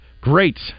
great